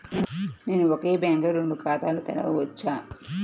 నేను ఒకే బ్యాంకులో రెండు ఖాతాలు తెరవవచ్చా?